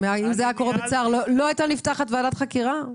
לו זה היה קורה בצה"ל, לא הייתה נפתחת ועדת חקירה?